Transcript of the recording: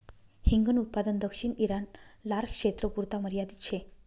हिंगन उत्पादन दक्षिण ईरान, लारक्षेत्रपुरता मर्यादित शे